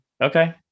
Okay